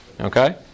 Okay